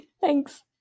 Thanks